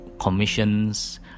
commissions